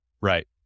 Right